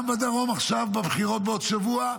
גם בדרום, עכשיו בבחירות בעוד שבוע,